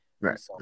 right